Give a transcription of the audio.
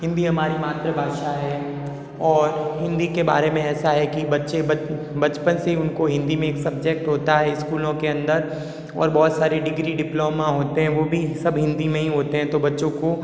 हिंदी हमारी मातृभाषा है और हिंदी के बारे में ऐसा है कि बच्चे बचपन से ही उनको हिंदी में एक सब्जेक्ट होता है स्कूलों के अंदर और बहुत सारी डिग्री डिप्लोमा होते हैं वो भी सब हिंदी में ही होते हैं तो बच्चों को